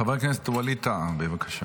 חבר הכנסת ווליד טאהא, בבקשה.